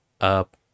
up